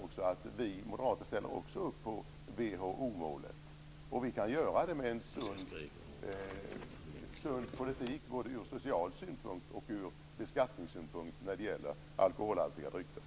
Även vi moderater ställer oss bakom WHO-målet, och vi kan göra det med en sund politik ur social synpunkt och ur beskattningssynpunkt när det gäller alkholhaltiga drycker.